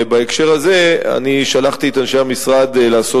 בהקשר הזה שלחתי את אנשי המשרד לעשות